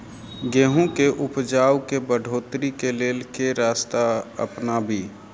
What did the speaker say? गेंहूँ केँ उपजाउ केँ बढ़ोतरी केँ लेल केँ रास्ता अपनाबी?